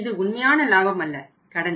இது உண்மையான லாபம் அல்ல கடன்